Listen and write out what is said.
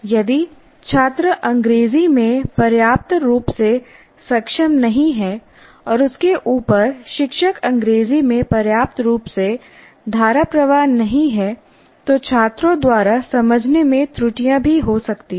यदि छात्र अंग्रेजी में पर्याप्त रूप से सक्षम नहीं है और उसके ऊपर शिक्षक अंग्रेजी में पर्याप्त रूप से धाराप्रवाह नहीं है तो छात्रों द्वारा समझने में त्रुटियां भी हो सकती हैं